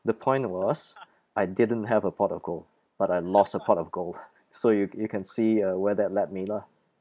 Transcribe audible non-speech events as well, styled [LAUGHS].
the point was I didn't have a pot of gold but I lost a pot of gold [LAUGHS] so you you can see uh where that led me lah